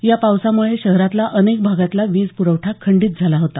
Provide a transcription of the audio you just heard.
या पावसामुळे शहरातला अनेक भागातला वीज पुरवठा खंडीत झाला होता